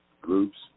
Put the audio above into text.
groups